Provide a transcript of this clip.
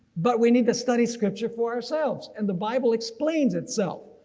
but we need to study scripture for ourselves, and the bible explains itself.